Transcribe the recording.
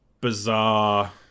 bizarre